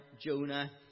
Jonah